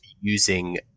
using